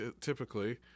typically